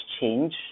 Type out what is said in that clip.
change